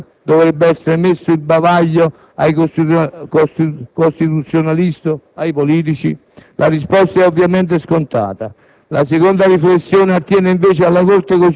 del quesito referendario. Dunque, dovrebbe essere messo il bavaglio ai costituzionalisti o ai politici? La risposta è, ovviamente, scontata.